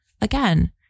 again